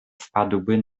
wpadłby